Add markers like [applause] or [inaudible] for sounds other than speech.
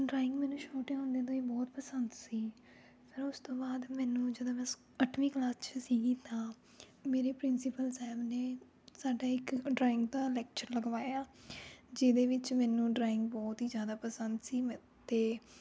drawing ਮੈਨੂੰ ਛੋਟੇ ਹੁੰਦੇ ਤੋਂ ਹੀ ਬਹੁਤ ਪਸੰਦ ਸੀ ਫਿਰ ਉਸ ਤੋਂ ਬਾਅਦ ਮੈਨੂੰ ਜਦੋਂ ਮੈਂ [unintelligible] ਅੱਠਵੀਂ ਕਲਾਸ 'ਚ ਸੀ ਤਾਂ ਮੇਰੇ ਪ੍ਰਿੰਸੀਪਲ ਸਾਹਿਬ ਨੇ ਸਾਡਾ ਇੱਕ ਡਰਾਇੰਗ ਦਾ ਲੈਕਚਰ ਲਗਵਾਇਆ ਜਿਹਦੇ ਵਿੱਚ ਮੈਨੂੰ ਡਰਾਇੰਗ ਬਹੁਤ ਹੀ ਜ਼ਿਆਦਾ ਪਸੰਦ ਸੀ ਮੈੈਂ ਤਾਂ